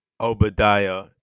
Obadiah